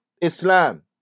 Islam